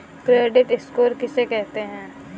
Credit score किसे कहते हैं?